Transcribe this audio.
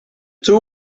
two